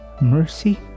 mercy